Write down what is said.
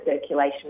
circulation